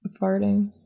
farting